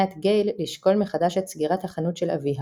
את גייל לשקול מחדש את סגירת החנות של אביה.